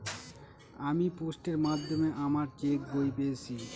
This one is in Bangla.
আমি পোস্টের মাধ্যমে আমার চেক বই পেয়েছি